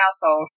household